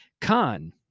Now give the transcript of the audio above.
Con